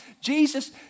Jesus